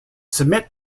submit